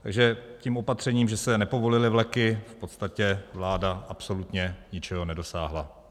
Takže tím opatřením, že se nepovolily vleky, v podstatě vláda absolutně ničeho nedosáhla.